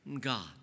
God